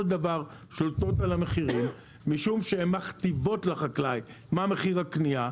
של דבר שולטות במחירים משום שהן מכתיבות לחקלאי מה מחיר הקניה,